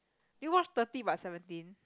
did you watch thirty but seventeen